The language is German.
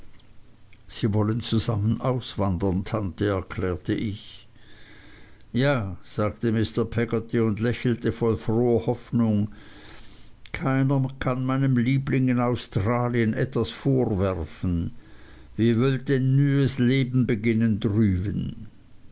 sie wollen zusammen auswandern tante erklärte ich ja sagte mr peggotty und lächelte voll froher hoffnung keiner kann meinem liebling in australien etwas vorwerfen wi wölt een neues lewen beginn